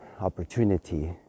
opportunity